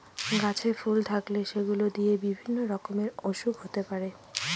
গাছে ফুল থাকলে সেগুলো দিয়ে বিভিন্ন রকমের ওসুখ হতে পারে